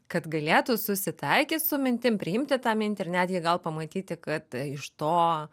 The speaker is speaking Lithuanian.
kad galėtų susitaikyt su mintim priimti tą mintį ir netgi gal pamatyti kad iš to